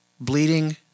bleeding